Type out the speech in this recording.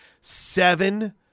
seven